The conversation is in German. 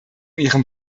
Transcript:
ihrem